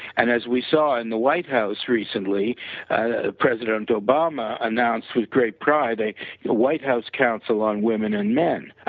and as we saw in the white house recently ah president obama announced with great pride, you know white house council on women and men,